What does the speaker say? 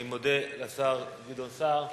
אני מודה לשר גדעון סער.